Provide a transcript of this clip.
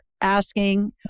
asking –